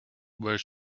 where